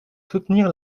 soutenir